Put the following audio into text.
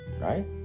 Right